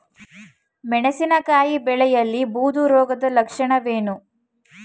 ಮೆಣಸಿನಕಾಯಿ ಬೆಳೆಯಲ್ಲಿ ಬೂದು ರೋಗದ ಲಕ್ಷಣಗಳೇನು?